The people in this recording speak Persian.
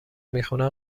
میخونن